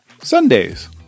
Sundays